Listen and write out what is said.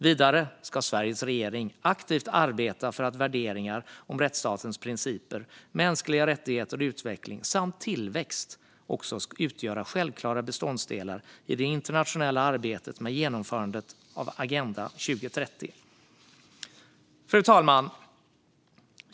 Vidare ska Sveriges regering aktivt arbeta för att värderingar om rättsstatens principer, mänskliga rättigheter och utveckling samt tillväxt också ska utgöra självklara beståndsdelar i det internationella arbetet med genomförandet av Agenda 2030. Fru talman!